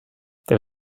there